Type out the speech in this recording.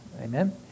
Amen